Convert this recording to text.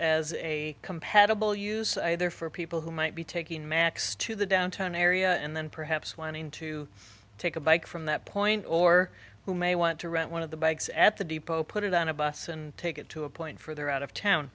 as a compatible use either for people who might be taking max to the downtown area and then perhaps wanting to take a bike from that point or who may want to rent one of the bikes at the depot put it on a bus and take it to a point for their out of town